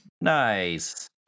Nice